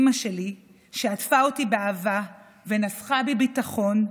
אימא שלי, שעטפה אותי באהבה ונסכה בי ביטחון,